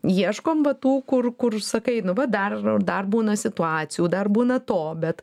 ieškom va tų kur kur sakai nu va dar dar būna situacijų dar būna to bet